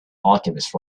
alchemist